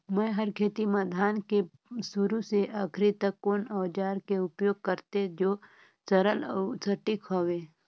मै हर खेती म धान के शुरू से आखिरी तक कोन औजार के उपयोग करते जो सरल अउ सटीक हवे?